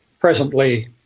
presently